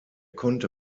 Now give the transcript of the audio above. konnte